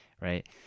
right